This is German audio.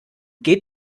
geht